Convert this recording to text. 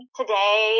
today